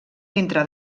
entre